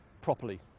properly